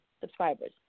subscribers